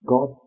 God